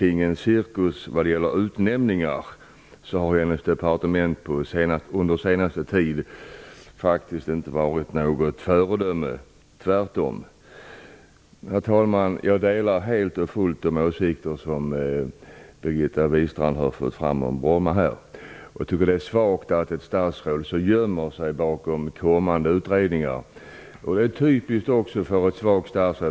I cirkusen kring utnämningar har hennes departement under den senaste tiden faktiskt inte varit något föredöme - tvärtom. Herr talman! Jag delar helt och fullt de åsikter som Birgitta Wistrand har fört fram om Bromma. Jag tycker att det är svagt att ett statsråd gömmer sig bakom hänvisningar till kommande utredningar. Det är typiskt för ett svagt statsråd.